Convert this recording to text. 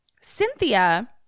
Cynthia